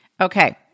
Okay